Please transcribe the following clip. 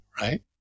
right